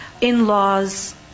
in-laws